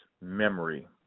memory